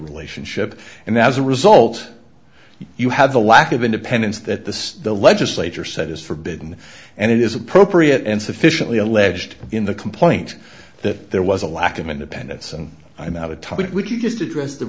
relationship and as a result you have a lack of independence that the legislature said is forbidden and it is appropriate and sufficiently alleged in the complaint that there was a lack of independence and i'm out of touch it would you just address the